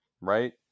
right